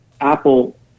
Apple